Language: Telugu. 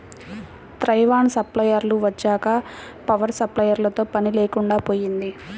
తైవాన్ స్ప్రేయర్లు వచ్చాక పవర్ స్ప్రేయర్లతో పని లేకుండా పోయింది